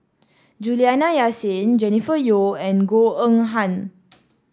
Juliana Yasin Jennifer Yeo and Goh Eng Han